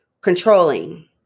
controlling